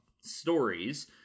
stories